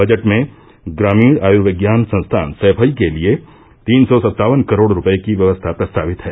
budget में ग्रामीण आयुर्विज्ञान संस्थान सैफई के लिये तीन सौ सत्तावन करोड़ रूपये की व्यवस्था प्रस्तावित है